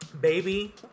baby